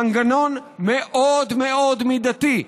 מנגנון מאוד מאוד מידתי,